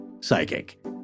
psychic